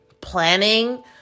planning